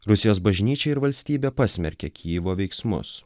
rusijos bažnyčia ir valstybė pasmerkė kijivo veiksmus